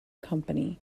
company